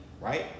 right